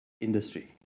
industry